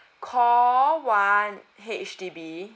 call one H_D_B